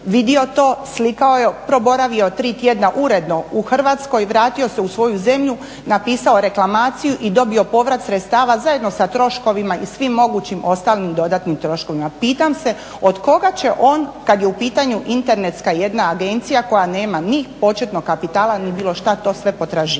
vidio to, slikao je, proboravio tri tjedna uredno u Hrvatskoj, vratio se u svoju zemlju, napisao reklamaciju i dobio povrat sredstava zajedno sa troškovima i svim mogućim ostalim dodatnim troškovima. Pitam se od koga će on kada je u pitanju Internetska jedna agencija koja nemani početnog kapitala ni bilo što to sve potraživati?